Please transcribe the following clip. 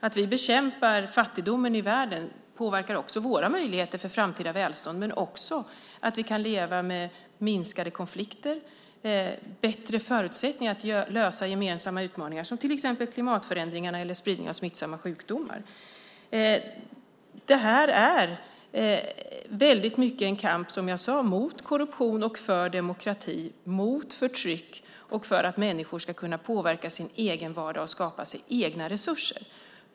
Att vi bekämpar fattigdomen i världen påverkar också våra möjligheter för framtida välstånd och att vi kan leva med minskade konflikter och bättre förutsättningar att lösa gemensamma utmaningar som till exempel klimatförändringarna eller spridningen av smittsamma sjukdomar. Det är, som jag sade, mycket en kamp mot korruption och för demokrati, mot förtryck och för att människor ska kunna påverka sin egen vardag och skapa sig egna resurser.